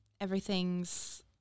everything's